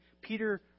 Peter